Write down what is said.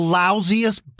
lousiest